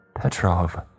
Petrov